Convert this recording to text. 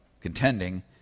contending